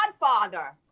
godfather